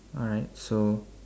alright so